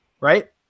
right